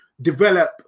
develop